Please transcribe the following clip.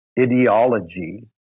ideology